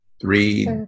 three